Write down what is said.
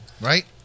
right